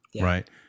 right